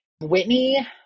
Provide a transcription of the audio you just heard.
Whitney